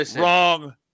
Wrong